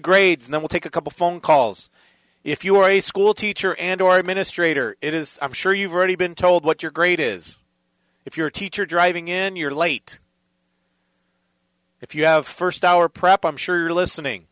grades and i will take a couple phone calls if you are a schoolteacher and or administrator it is i'm sure you've already been told what you're great is if you're a teacher driving in your late if you have first hour prep i'm sure you're listening